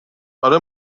اره